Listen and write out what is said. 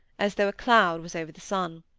as though a cloud was over the sun.